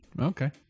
Okay